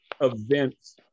events